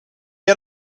had